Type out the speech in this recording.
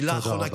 מילה אחרונה,